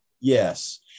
yes